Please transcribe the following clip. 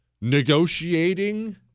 Negotiating